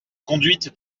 conduite